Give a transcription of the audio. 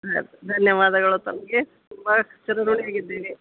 ಆಯಿತು ಧನ್ಯವಾದಗಳು ತಮಗೆ ತುಂಬ ಚಿರಋಣಿಯಾಗಿದ್ದೀನಿ